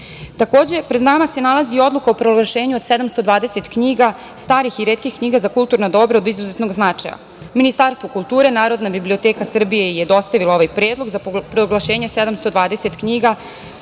pred nama se nalazi i odluka o proglašenju 720 knjiga, starih i retkih knjiga za kulturna dobra od izuzetnog značaja. Ministarstvo kulture, Narodna biblioteka Srbije je dostavila ovaj predlog za proglašenje 720 knjiga